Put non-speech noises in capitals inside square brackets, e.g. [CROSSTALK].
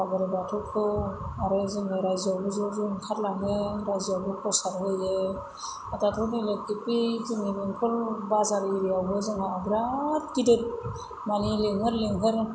आफा बोराय बाथौखौ आरो जोङो रायजोआवबो ज' ज' ओंखारलाङो रायजोआवबो प्रसाद होयो दाथ' [UNINTELLIGIBLE] जोंनि बेंटल बाजार एरियावबो जोंहा बिराथ गिदिर मानि लिंहर लिंहर